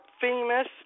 famous